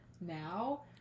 now